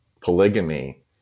polygamy